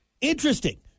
Interesting